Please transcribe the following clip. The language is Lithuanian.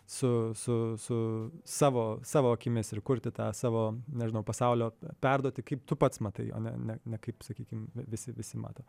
su su su savo savo akimis ir kurti tą savo nežinau pasaulio perduoti kaip tu pats matai o ne ne ne kaip sakykim visi visi mato